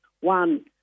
one